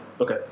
Okay